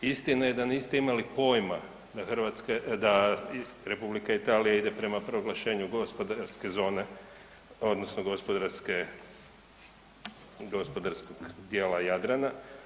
Istina je da niste imali pojma da Republika Italija ide prema proglašenju gospodarske zone odnosno gospodarske, gospodarskog dijela Jadrana.